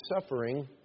suffering